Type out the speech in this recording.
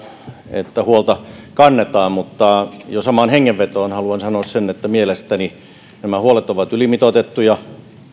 että huolta kannetaan mutta jo samaan hengenvetoon haluan sanoa sen että mielestäni ovat ylimitoitettuja